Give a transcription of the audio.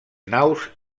naus